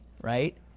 right